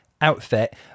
outfit